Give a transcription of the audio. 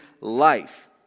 life